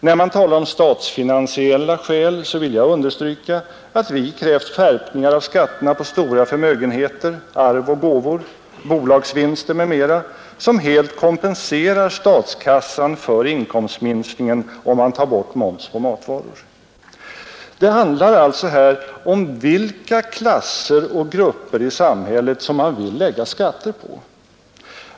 När man talar om statsfinansiella skäl vill jag understryka att vi krävt skärpningar av skatterna på stora förmögenheter, arv och gåvor, bolagsvinster m.m. som helt kompenserar statskassan för inkomstminskningen, om man tar bort moms på matvaror. Det handlar alltså här om vilka klasser och grupper i samhället som man vill lägga skatter på.